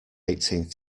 eighteenth